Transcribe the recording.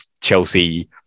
Chelsea